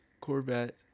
Corvette